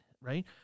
Right